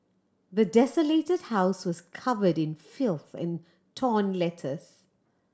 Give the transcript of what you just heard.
the desolated house was covered in filth and torn letters